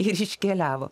ir iškeliavo